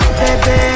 baby